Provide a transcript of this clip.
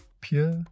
Pure